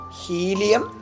helium